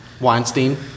Weinstein